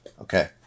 Okay